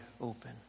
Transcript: open